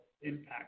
impact